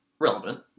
relevant